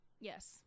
Yes